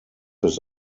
his